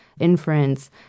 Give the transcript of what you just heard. inference